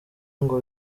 ngo